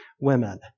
women